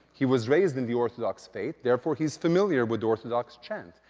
he was raised in the orthodox faith therefore, he's familiar with orthodox chant.